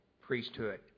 priesthood